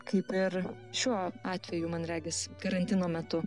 kaip ir šiuo atveju man regis karantino metu